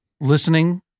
listening